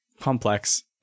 complex